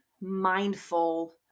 mindful